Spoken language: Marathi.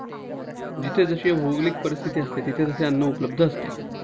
जिथे जशी भौगोलिक परिस्थिती असते, तिथे तसे अन्न उपलब्ध असतं